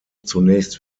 zunächst